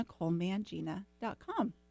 NicoleMangina.com